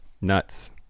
nuts